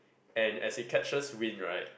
and as it catches wind right